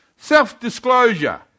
Self-disclosure